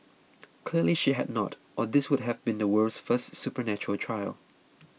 clearly she had not or this would have been the world's first supernatural trial